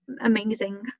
amazing